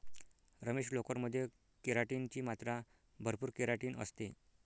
रमेश, लोकर मध्ये केराटिन ची मात्रा भरपूर केराटिन असते